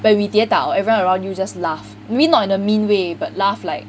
when we 跌倒 everyone around you just laugh maybe not in a mean way but laugh like